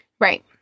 Right